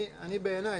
בעיניי,